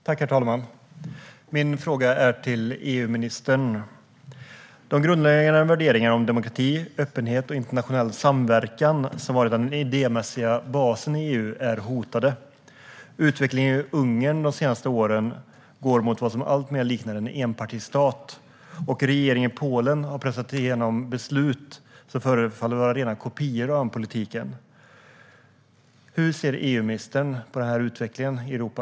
Herr talman! Min fråga är till EU-ministern. De grundläggande värderingarna om demokrati, öppenhet och internationell samverkan som varit den idémässiga basen i EU är hotade. Utvecklingen i Ungern de senaste åren går mot vad som alltmer liknar en enpartistat. Regeringen i Polen har pressat igenom beslut som förefaller att vara rena kopior av den politiken. Hur ser EU-ministern på den utvecklingen i Europa?